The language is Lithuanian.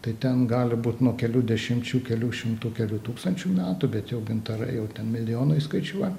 tai ten gali būt nuo kelių dešimčių kelių šimtų kelių tūkstančių metų bet jau gintarai jau ten milijonais skaičiuoja